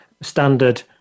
standard